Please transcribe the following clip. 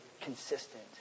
consistent